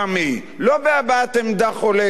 לא בהבעת עמדה חולקת,